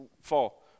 fall